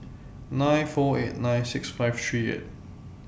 nine four eight nine six five three eight